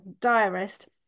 diarist